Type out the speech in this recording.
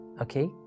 okay